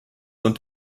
und